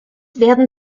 werden